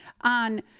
on